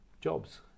jobs